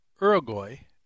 Uruguay